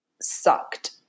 sucked